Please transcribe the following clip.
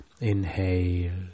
inhale